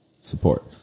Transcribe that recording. Support